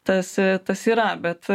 tas tas yra bet